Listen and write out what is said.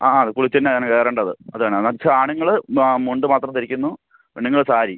ആ ആ കുളിച്ചുവന്നാണ് കയറേണ്ടത് അതാണ് എന്നുവച്ചാൽ ആണുങ്ങൾ മുണ്ട് മാത്രം ധരിക്കുന്നു പെണ്ണുങ്ങൾ സാരി